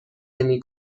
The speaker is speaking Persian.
نمی